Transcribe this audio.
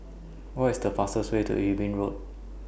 What IS The fastest Way to Eben Road